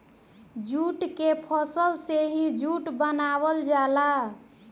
jute के फसल से ही जूट बनावल जाला